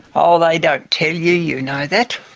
oh they don't tell you, you know that,